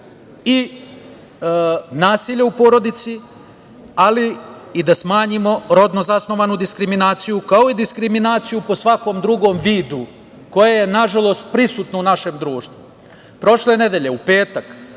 i nasilje u porodici, ali i da smanjimo rodno zasnovanu diskriminaciju, kao i diskriminaciju po svakom drugom vidu, koja je, nažalost, prisutna u našem društvu. Prošle nedelje, u petak,